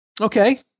Okay